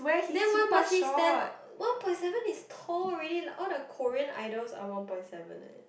then why must he stand one point seven is tall already like all the Korean idols are one point seven eh